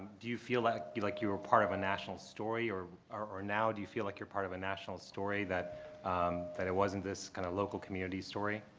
do you feel like you like you were a part of a national story or or now do you feel like you're part of a national story that um that it wasn't this kind of local community story?